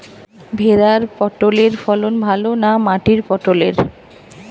ভেরার পটলের ফলন ভালো না মাটির পটলের?